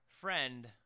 friend